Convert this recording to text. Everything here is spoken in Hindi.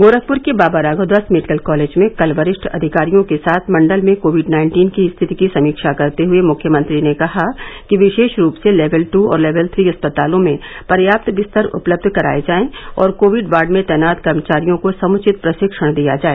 गोरखपुर के बाबा राघवदास मेडिकल कॉलेज में कल वरिष्ठ अधिकारियों के साथ मंडल में कोविड नाइन्टीन की स्थिति की समीक्षा करते हुए मुख्यमंत्री ने कहा कि विशेष रूप से लेवल ट् और लेवल थ्री अस्पतालों में पर्याप्त बिस्तर उपलब्ध कराए जाए और कोविड वार्ड में तैनात कर्मचारियों को समुचित प्रशिक्षण दिया जाए